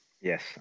Yes